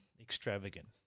Extravagant